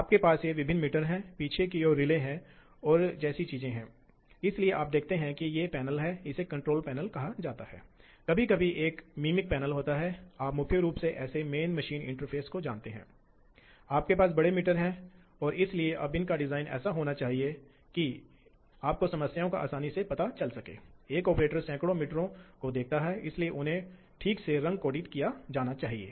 उदाहरण के लिए केवल मैनुअल या देखा जा सकता है आप पृष्ठभूमि अग्रभूमि जानते हैं इसलिए जब आपके पास पृष्ठभूमि होती है तो आप वास्तव में सामान्य रूप से काम कर रहे होते हैं